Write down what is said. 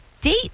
Date